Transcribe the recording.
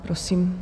Prosím.